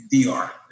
DR